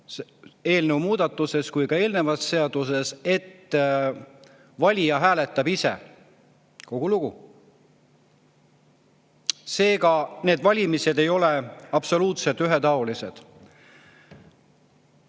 eelnõu muudatuses kui ka seaduses, et valija hääletab ise. Kogu lugu! Seega, need valimised ei ole absoluutselt ühetaolised.